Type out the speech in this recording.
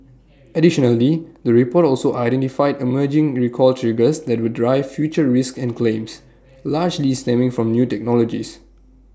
additionally the report also identified emerging recall triggers that will drive future risks and claims largely stemming from new technologies